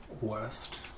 west